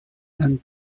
and